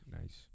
Nice